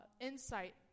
insight